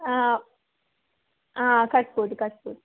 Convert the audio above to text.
ಹಾಂ ಹಾಂ ಕಟ್ಬೋದು ಕಟ್ಬೋದು